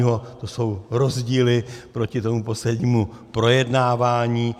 To jsou rozdíly proti tomu poslednímu projednávání.